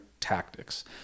tactics